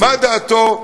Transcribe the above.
מה דעתו.